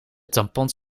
tampons